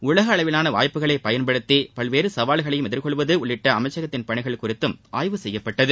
உலக அளவிலான வாய்ப்புகளை பயன்படுத்தி பல்வேறு சவால்களையும் எதிர்கொள்வது உள்ளிட்ட அமைச்சகத்தின் பணிகள் குறித்தும் ஆய்வு செய்யப்பட்டது